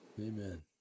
Amen